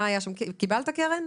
קיבלת קרן?